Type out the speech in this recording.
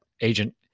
agent